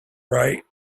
right